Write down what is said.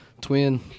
Twin